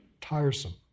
tiresome